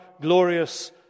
glorious